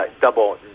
double